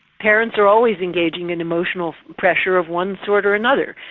parents are always engaging in emotional pressure of one sort or another.